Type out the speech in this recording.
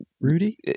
Rudy